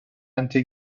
anti